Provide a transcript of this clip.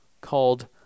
called